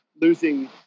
losing